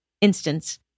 instance